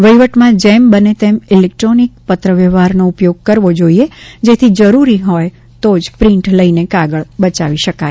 વહીવટમાં જેમ બને તેમ ઇલેક્ટ્રોનિક પત્રવ્યવહારનો ઉપયોગ કરવો જોઇએ જેથી જરૂર હોય તો જ પ્રિન્ટ લઇને કાગળ બચાવી શકાય